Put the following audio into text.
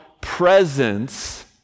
presence